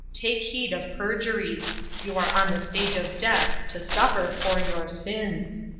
take heed of perjury you are on the stage of death, to suffer for your sins.